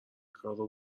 کارو